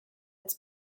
its